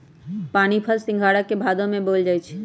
पानीफल सिंघारा के भादो में बोयल जाई छै